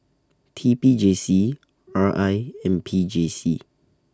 T P J C R I and P J C